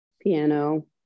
Piano